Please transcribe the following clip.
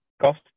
cost